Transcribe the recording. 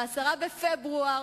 ב-10 בפברואר